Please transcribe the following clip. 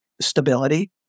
stability